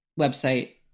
website